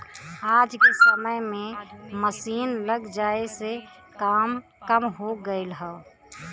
आज के समय में मसीन लग जाये से काम कम हो गयल हौ